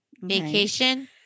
vacation